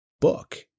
book